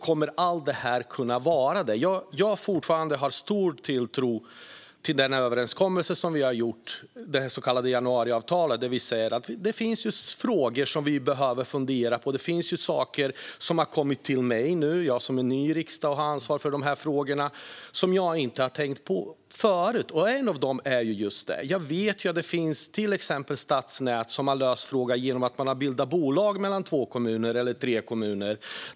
Jag har fortfarande stor tilltro till den överenskommelse vi har ingått, det så kallade januariavtalet, där vi säger att det finns frågor som vi behöver fundera på. Jag är ny i riksdagen och har ansvar för de här frågorna. Det finns saker som har kommit till min kännedom nu men som jag inte tänkt på förut. Detta är ett exempel. Jag vet att det finns stadsnät som har löst frågan genom att bilda bolag mellan två eller tre kommuner.